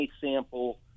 sample